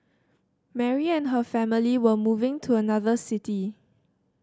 Mary and her family were moving to another city